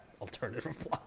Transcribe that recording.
alternative